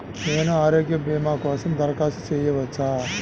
నేను ఆరోగ్య భీమా కోసం దరఖాస్తు చేయవచ్చా?